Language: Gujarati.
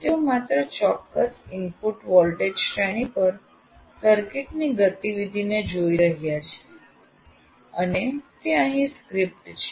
તેઓ માત્ર ચોક્કસ ઇનપુટ વોલ્ટેજ શ્રેણી પર સર્કિટની ગતિવિધિને જોઈ રહ્યા છે અને તે અહીં સ્ક્રિપ્ટ છે